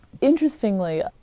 Interestingly